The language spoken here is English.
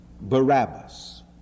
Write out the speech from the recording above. Barabbas